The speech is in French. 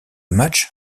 match